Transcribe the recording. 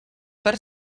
per